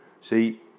See